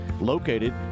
located